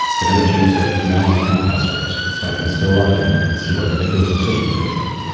they never change their email and account passwords so i can still log in and see what ridiculous decisions they're making.